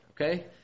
okay